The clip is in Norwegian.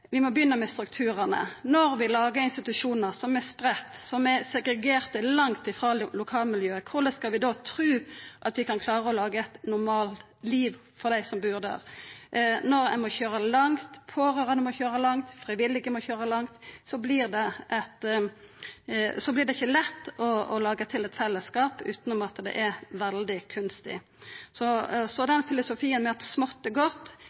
vi må begynna med strukturane. Når vi lagar institusjonar som er spreidde, som er segregerte langt ifrå lokalmiljøet, korleis kan vi då tru at vi skal klara å laga eit normalt liv for dei som bur der? Når dei pårørande må køyra langt, når dei frivillige må køyra langt, vert det ikkje lett å skapa eit fellesskap utan at det vert veldig kunstig. Så filosofien med at «smått er godt»